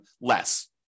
less